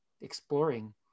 exploring